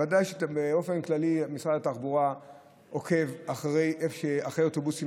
באופן כללי משרד התחבורה עוקב אחרי אוטובוסים